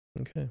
Okay